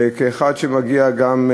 וכאחד שמגיע גם,